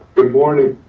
good morning.